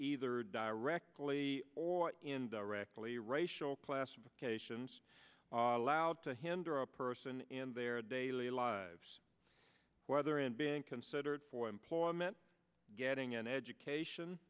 either directly or indirectly racial classifications allowed to hinder a person in their daily lives whether in being considered for employment getting an education